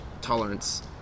Tolerance